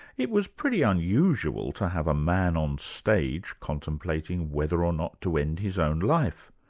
it was pretty unusual to have a man on stage contemplating whether or not to end his own life.